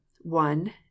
one